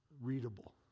readable